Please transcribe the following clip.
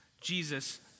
Jesus